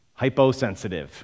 hyposensitive